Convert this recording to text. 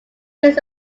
this